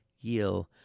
yield